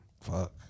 Fuck